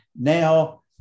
Now